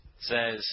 says